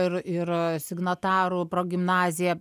ir ir signatarų progimnazija